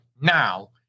now